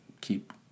keep